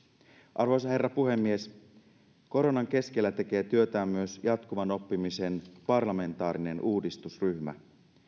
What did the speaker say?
arvoisa herra puhemies koronan keskellä tekee työtään myös jatkuvan oppimisen parlamentaarinen uudistusryhmä